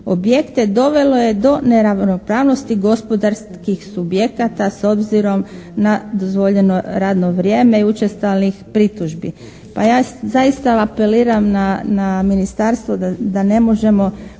objekte dovelo je do neravnopravnosti gospodarskih subjekata s obzirom na dozvoljeno radno vrijeme i učestalih pritužbi. Pa ja zaista apeliram na ministarstvo da ne možemo